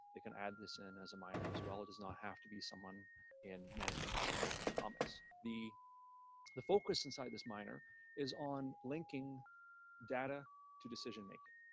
can add this in as a minor as well. it does not have to be someone in management or someone in economics. the the focus inside this minor is on linking data to decision making